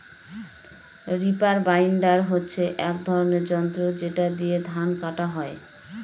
reaper binder হচ্ছে এক ধরনের যন্ত্র যেটা দিয়ে ধান কাটা হয়